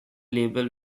label